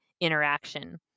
interaction